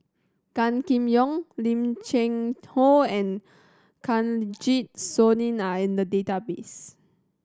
Gan Kim Yong Lim Cheng Hoe and Kanwaljit Soin are in the database